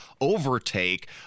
overtake